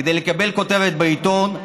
כדי לקבל כותרת בעיתון,